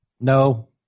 No